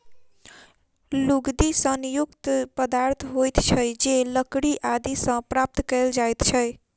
लुगदी सन युक्त पदार्थ होइत छै जे लकड़ी आदि सॅ प्राप्त कयल जाइत छै